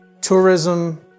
tourism